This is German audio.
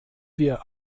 wir